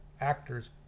actors